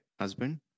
husband